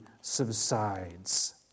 subsides